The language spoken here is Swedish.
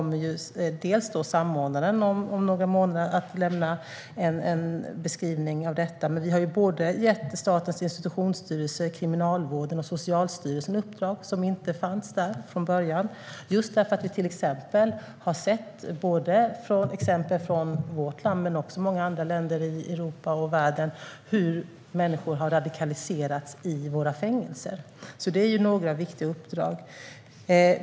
Samordnaren kommer om några månader att lämna en beskrivning av detta. Men vi har också gett såväl Statens institutionsstyrelse som Kriminalvården och Socialstyrelsen uppdrag som inte fanns där från början. Det beror på att vi har sett exempel både från vårt land och från många andra länder i Europa och världen på hur människor har radikaliserats i våra fängelser. Detta är några viktiga uppdrag.